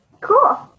Cool